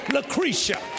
Lucretia